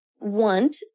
want